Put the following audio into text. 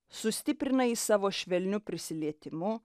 sustiprina jį savo švelniu prisilietimu